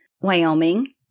Wyoming